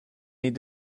need